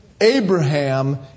Abraham